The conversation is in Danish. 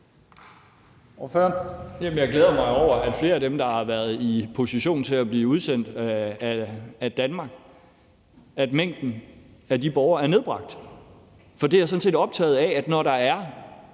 Jeg glæder jo mig over, at mængden af de borgere, der har været i position til at blive udsendt af Danmark, er nedbragt. For jeg er sådan set optaget af, at når der er